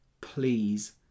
please